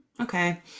Okay